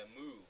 move